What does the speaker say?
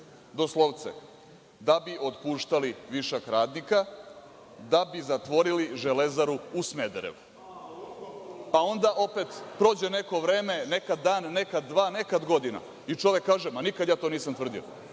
Doslovce – da bi otpuštali višak radnika, da bi zatvorili Železaru u Smederevu. Onda, opet, prođe neko vreme, nekad dan, nekad dva, nekad godina i čovek kaže – ma, nikad ja to nisam tvrdio,